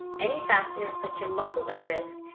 any faster puts your muscles at risk,